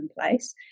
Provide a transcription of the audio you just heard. place